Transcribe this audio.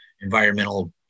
environmental